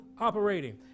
operating